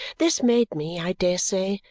this made me, i dare say,